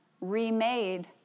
remade